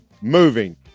Moving